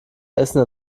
essen